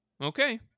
okay